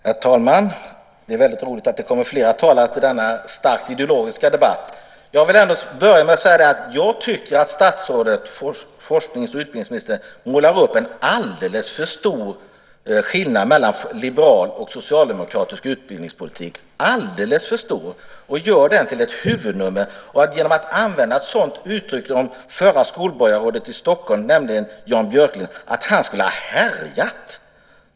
Herr talman! Det är väldigt roligt att det kommer fler talare till denna starkt ideologiska debatt. Jag vill börja med att säga att jag tycker att statsrådet, forsknings och utbildningsministern, målar upp en alldeles för stor skillnad mellan liberal och socialdemokratisk utbildningspolitik, alldeles för stor, och gör det till ett huvudnummer genom att använda ett sådant uttryck som att förre skolborgarrådet i Stockholm, Jan Björklund, skulle ha "härjat".